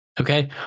Okay